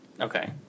Okay